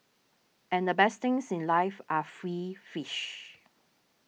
and the best things in life are free fish